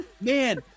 man